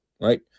right